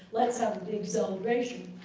let's have a big celebration.